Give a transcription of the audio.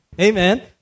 Amen